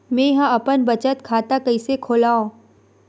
मेंहा अपन बचत खाता कइसे खोलव?